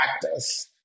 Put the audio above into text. practice